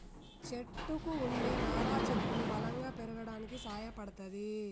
చెట్టుకు వుండే నారా చెట్టును బలంగా పెరగడానికి సాయపడ్తది